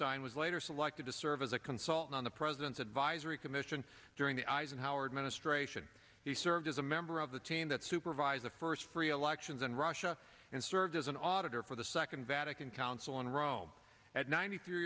stein was later selected to serve as a consultant on the president's advisory commission during the eisenhower administration he served as a member of the team that supervise the first free elections in russia and served as an auditor for the second vatican council in rome at ninety three